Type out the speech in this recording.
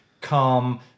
calm